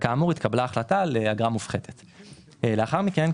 לאחר מכן,